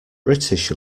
british